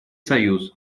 союз